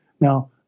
Now